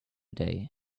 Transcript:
day